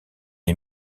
est